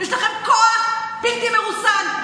יש לכם כוח בלתי מרוסן,